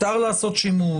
מותר לעשות שימוש?